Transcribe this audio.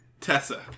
Tessa